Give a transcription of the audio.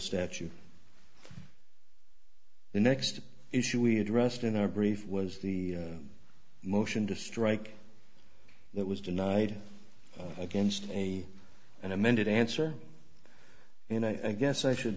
statute the next issue we addressed in our brief was the motion to strike that was denied against a and amended answer and i guess i should